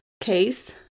case